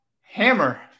hammer